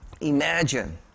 imagine